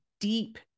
deep